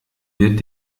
wird